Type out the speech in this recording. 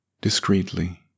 discreetly